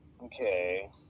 Okay